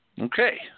Okay